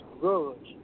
Good